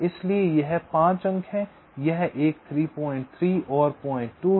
इसलिए यह 5 अंक है यह एक 33 और 02 है